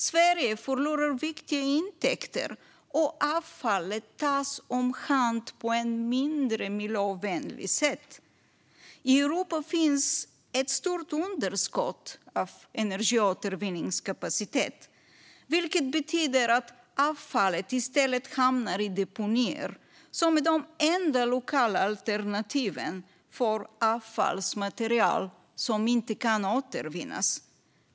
Sverige förlorar viktiga intäkter, och avfallet tas om hand på ett mindre miljövänligt sätt. I Europa finns ett stort underskott av energiåtervinningskapacitet, vilket betyder att avfallet i stället hamnar i deponier som är de enda lokala alternativen för avfallsmaterial som inte kan återvinnas.